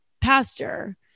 pastor